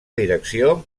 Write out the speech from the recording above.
direcció